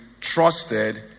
trusted